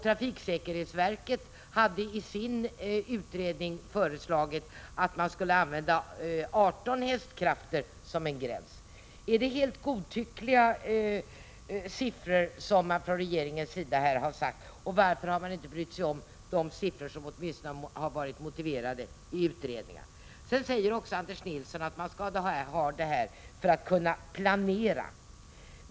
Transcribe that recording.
Trafiksäkerhetsverket hade i sin utredning föreslagit att man skulle använda 18 hästkrafter som gräns. Är det helt godtyckliga siffror som man från regeringens sida har satt upp? Varför har man inte brytt sig om de siffror som föreslagits i utredningar? Anders Nilsson säger att man skall ha registret för att kunna planera.